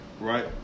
right